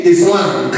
Islam